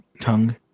tongue